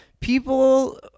people